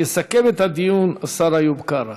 יסכם את הדיון השר איוב קרא.